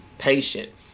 Patient